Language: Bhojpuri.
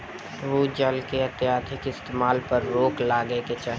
भू जल के अत्यधिक इस्तेमाल पर रोक लागे के चाही